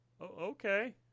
Okay